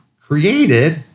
created